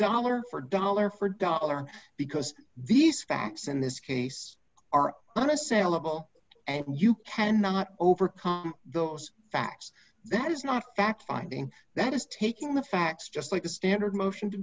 dollar for dollar for dollar because these facts in this case are unassailable and you cannot overcome those facts that is not fact finding that is taking the facts just like the standard motion to